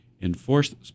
enforce